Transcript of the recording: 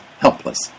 helpless